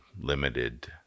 limited